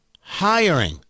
hiring